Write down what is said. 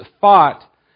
fought